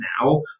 now